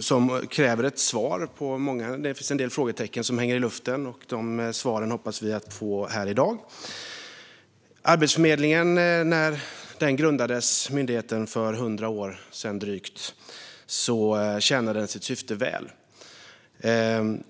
som kräver ett svar, och det finns en del frågetecken som hänger i luften. Vi hoppas få svaren här i dag. När myndigheten Arbetsförmedlingen grundades för drygt hundra år sedan tjänade den sitt syfte väl.